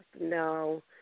no